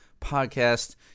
podcast